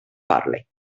parli